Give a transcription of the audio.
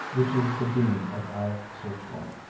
which is the beam of our searchlight.